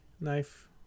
knife